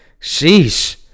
Sheesh